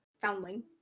foundling